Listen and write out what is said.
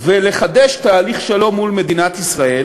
ולחדש תהליך שלום מול מדינת ישראל.